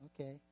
Okay